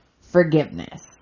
forgiveness